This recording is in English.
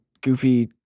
goofy